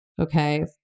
Okay